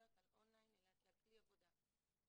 ככלי עבודה,